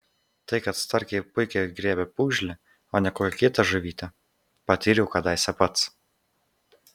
tai kad starkiai puikiai griebia pūgžlį o ne kokią kitą žuvytę patyriau kadaise pats